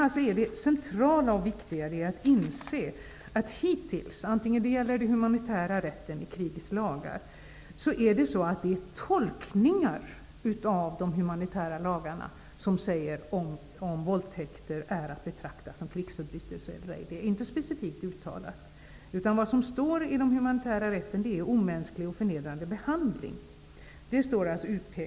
Det centrala är att inse att det hittills är tolkningar av de humanitära lagarna som säger om våldtäkt är att betrakta som krigsförbrytelse eller ej. Det är inte specifikt uttalat. Vad som nämns i den humanitära rätten är omänsklig och förnedrande behandling -- det pekas ut.